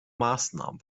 maßnahmen